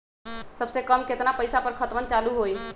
सबसे कम केतना पईसा पर खतवन चालु होई?